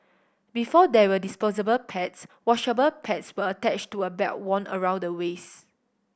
before there were disposable pads washable pads were attached to a belt worn around the waist